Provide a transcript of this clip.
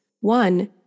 One